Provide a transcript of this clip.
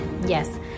yes